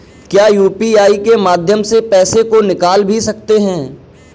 क्या यू.पी.आई के माध्यम से पैसे को निकाल भी सकते हैं?